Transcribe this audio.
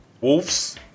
Wolves